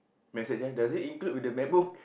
message eh does it include with the MacBook